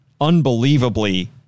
unbelievably